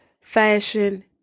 fashion